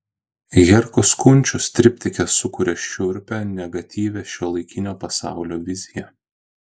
herkus kunčius triptike sukuria šiurpią negatyvią šiuolaikinio pasaulio viziją